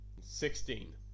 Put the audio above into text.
Sixteen